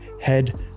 head